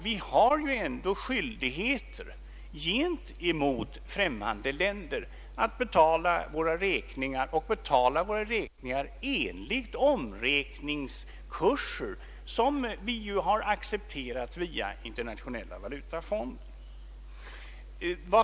Vi har ju ändå skyldigheter gentemot främmande länder att betala våra räkningar enligt de omräkningskurser som vi accepterat via Internationella valutafonden.